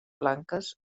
blanques